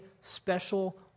special